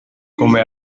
come